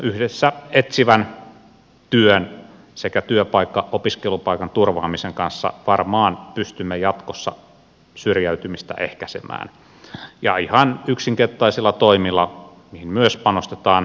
yhdessä etsivän työn sekä työpaikan opiskelupaikan turvaamisen kanssa varmaan pystymme jatkossa syrjäytymistä ehkäisemään ja ihan yksinkertaisilla toimilla mihin myös panostetaan